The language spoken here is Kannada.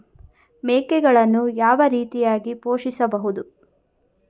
ಮೇಕೆಗಳನ್ನು ಯಾವ ರೀತಿಯಾಗಿ ಪೋಷಿಸಬಹುದು?